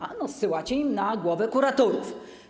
Ano zsyłacie im na głowę kuratorów.